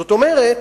זאת אומרת,